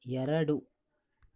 ಎರಡು